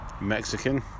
Mexican